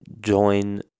join